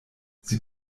sie